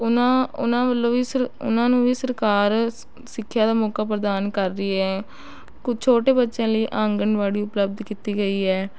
ਉਹਨਾਂ ਉਹਨਾਂ ਵੱਲੋਂ ਵੀ ਸ ਉਹਨਾਂ ਨੂੰ ਵੀ ਸਰਕਾਰ ਸ ਸਿੱਖਿਆ ਦਾ ਮੌਕਾ ਪ੍ਰਦਾਨ ਕਰ ਰਹੀ ਹੈ ਕੁਛ ਛੋਟੇ ਬੱਚਿਆਂ ਲਈ ਆਂਗਨਬਾੜੀ ਉਪਲਬਧ ਕੀਤੀ ਗਈ ਹੈ